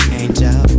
angel